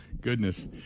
goodness